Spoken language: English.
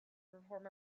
perform